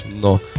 no